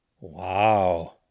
Wow